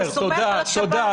הרי אתה סומך על השב"כ.